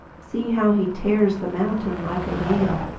see how he tears the mountain like a yam!